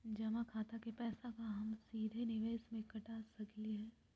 जमा खाता के पैसा का हम सीधे निवेस में कटा सकली हई?